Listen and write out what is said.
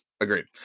Agreed